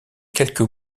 quelques